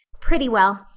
pretty well.